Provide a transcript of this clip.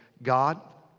god,